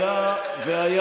היה גם